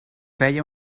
feia